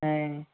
ఆయ్